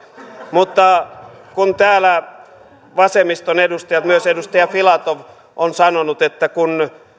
mutta kun täällä vasemmiston edustajat myös edustaja filatov ovat sanoneet että kun